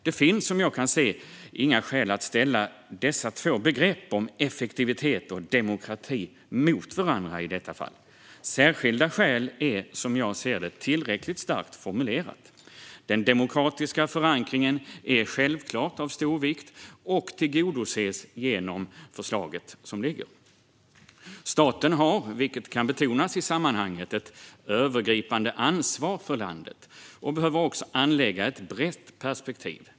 Det finns vad jag kan se inga skäl att ställa dessa två begrepp, effektivitet och demokrati, mot varandra i detta fall. Särskilda skäl är, som jag ser det, en tillräckligt stark formulering. Den demokratiska förankringen är självklart av stor vikt och tillgodoses genom det liggande förslaget. Staten har, vilket kan betonas i sammanhanget, ett övergripande ansvar för landet och behöver anlägga ett brett perspektiv.